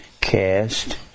cast